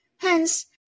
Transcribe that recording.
hence